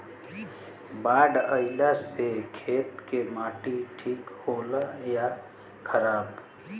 बाढ़ अईला से खेत के माटी ठीक होला या खराब?